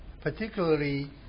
particularly